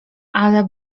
ale